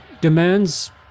demands